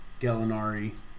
Gallinari